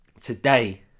today